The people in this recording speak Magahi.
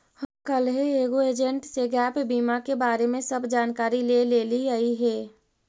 हम कलहे एगो एजेंट से गैप बीमा के बारे में सब जानकारी ले लेलीअई हे